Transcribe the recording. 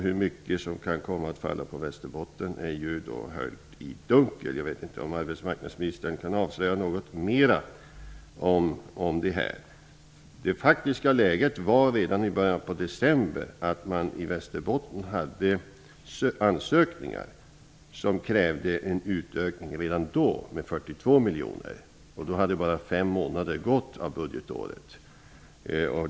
Hur mycket som kan komma att falla på Västerbotten är höljt i dunkel. Jag vet inte om arbetsmarknadsministern kan avslöja något mera om detta. Det faktiska läget var i början på december att man i Västerbotten hade ansökningar som redan då krävde en utökning med 42 miljoner kronor. Då hade bara fem månader av budgetåret gått.